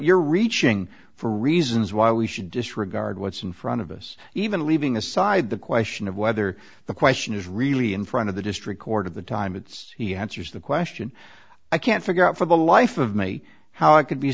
you're reaching for reasons why we should disregard what's in front of us even leaving aside the question of whether the question is really in front of the district court of the time it's he had to use the question i can't figure out for the life of me how it could be